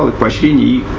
ah question the